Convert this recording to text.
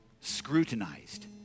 scrutinized